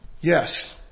Yes